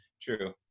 True